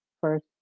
first